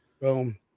Boom